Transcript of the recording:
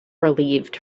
relieved